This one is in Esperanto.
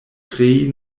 krei